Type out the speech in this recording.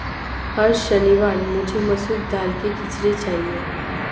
हर शनिवार मुझे मसूर दाल की खिचड़ी चाहिए